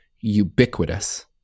ubiquitous